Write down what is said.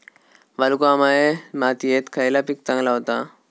वालुकामय मातयेत खयला पीक चांगला होता?